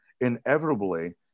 inevitably